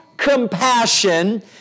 compassion